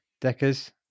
Deckers